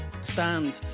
stand